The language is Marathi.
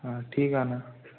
हां ठीक आहे ना